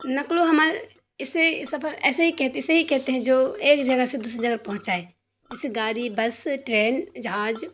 نقل و حمل اس سے سفر ایسے ہی کہتے اسے ہی کہتے ہیں جو ایک جگہ سے دوسری جگہ پہنچائے جیسے گاری بس ٹرین جہاز